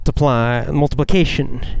multiplication